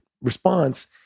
response